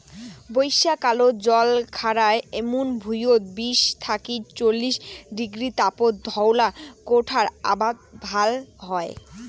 বইষ্যাকালত জল খাড়ায় এমুন ভুঁইয়ত বিশ থাকি চল্লিশ ডিগ্রী তাপত ধওলা কোষ্টার আবাদ ভাল হয়